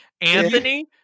Anthony